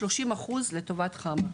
30% לטובת חמ"ע.